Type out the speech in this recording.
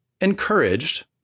encouraged